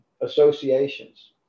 Associations